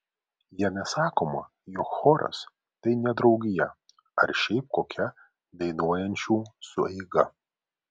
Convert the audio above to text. jame sakoma jog choras tai ne draugija ar šiaip kokia dainuojančių sueiga